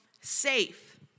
safe